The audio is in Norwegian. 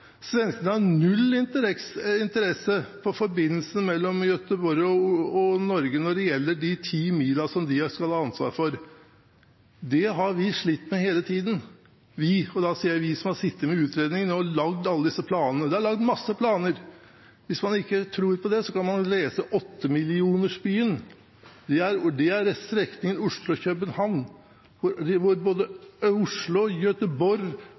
svenskene en stor interesse, og vi har også en interesse i det. Svenskene har null interesse for forbindelsene mellom Göteborg og Norge når det gjelder de ti milene som de skal ha ansvar for. Det har vi slitt med hele tiden, og da mener jeg vi som har sittet med utredningene og laget alle disse planene. Det er laget masse planer. Hvis man ikke tror på det, kan man lese «8 millionersbyen» – det er strekningen Oslo–København – hvor både Oslo,